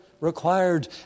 required